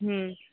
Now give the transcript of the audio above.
ହୁଁ